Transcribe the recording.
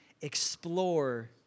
explore